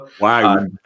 Wow